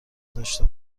داشته